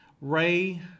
Ray